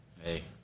Hey